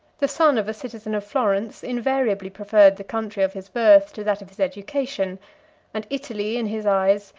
the son of a citizen of florence invariably preferred the country of his birth to that of his education and italy, in his eyes,